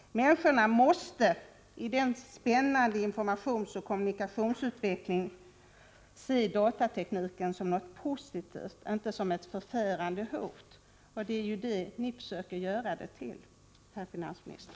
Människorna måste i den spännande informationsoch kommunikationsutvecklingen se datatekniken som något positivt, inte som ett förfärande hot. Men det är ju det ni försöker göra den till, herr finansminister.